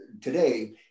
today